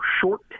short